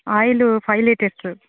oil five litres